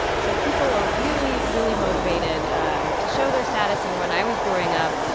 so people are really, really motivated um to show their status. and when i was growing up,